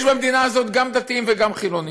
יש במדינה הזאת גם דתיים וגם חילונים,